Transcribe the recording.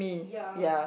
ya